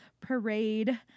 parade